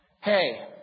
hey